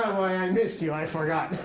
i missed you. i forgot.